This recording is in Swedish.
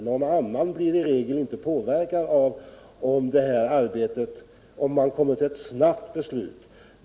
Någon annan blir i regel inte påverkad av om man kommer till ett snabbt beslut.